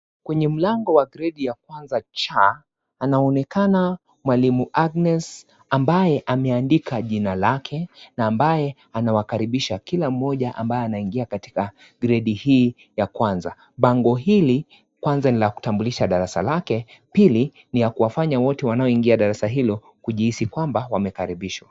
Kwenye mlango wa gredi ya kwanza cha panaonekana mwalimu Agnes ambaye ameandika jina lake na ambaye anawakaribisha kila mmoja ambaye anaingia katika gredi hii ya kwanza, bango hili kwanza nila kutambulisha darasa lake, pili niya kuwafanya wote wanaoingia darasa hilo kujihisi kwamba wamekaribishwa.